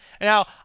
Now